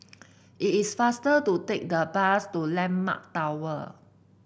it is faster to take the bus to landmark Tower